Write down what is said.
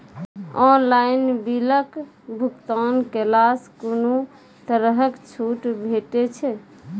Online बिलक भुगतान केलासॅ कुनू तरहक छूट भेटै छै?